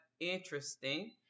interesting